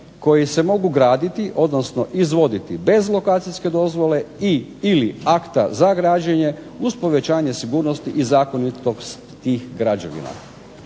koje se mogu graditi odnosno izvoditi bez lokacijske dozvole i ili akta za građenje uz povećanje sigurnosti i zakonitosti tih građevina".